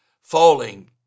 Falling